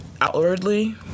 outwardly